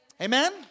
Amen